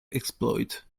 exploit